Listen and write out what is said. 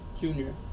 Junior